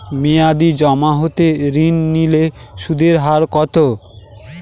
মেয়াদী জমা হতে ঋণ নিলে সুদের হার কত?